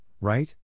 right